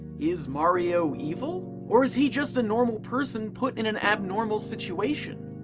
is mario evil? or is he just a normal person put in an abnormal situation?